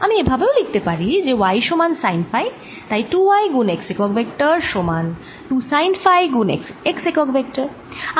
আমি এভাবেও লিখতে পারি যে y সমান সাইন ফাই তাই 2 y গুণ x একক ভেক্টর সমান 2 সাইন ফাই গুণ x একক ভেক্টর